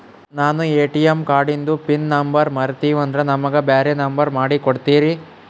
ನಾನು ಎ.ಟಿ.ಎಂ ಕಾರ್ಡಿಂದು pin number ಮರತೀವಂದ್ರ ನಮಗ ಬ್ಯಾರೆ ನಂಬರ್ ಮಾಡಿ ಕೊಡ್ತೀರಿ?